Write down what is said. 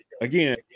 again